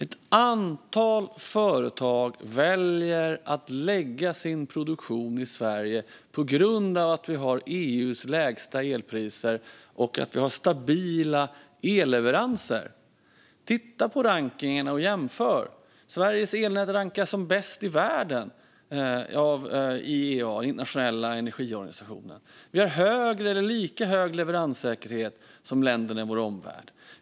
Ett antal företag väljer att lägga sin produktion i Sverige på grund av att vi har EU:s lägsta elpriser och stabila elleveranser. Titta på rankningen och jämför! Sveriges elnät rankas som bäst i världen av IEA, den internationella energiorganisationen. Vi har högre eller lika hög leveranssäkerhet som länderna i vår omvärld.